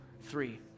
three